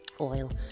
oil